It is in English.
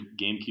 GameCube